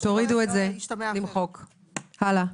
הלאה.